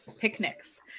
picnics